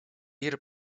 ihre